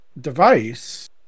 device